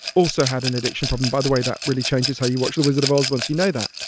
also had an addiction problem. by the way, that really changes how you watch the wizard of oz once you know that.